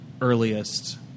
earliest